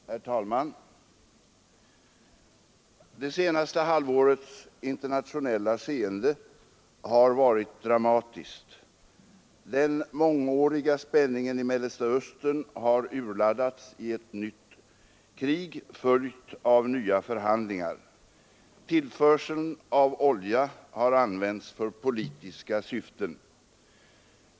Herr talman! Det senaste halvårets internationella skeende har varit dramatiskt. Den mångåriga spänningen i Mellersta Östern har urladdats i ett nytt krig, följt av nya förhandlingar. Tillförseln av olja har använts för politiska syften.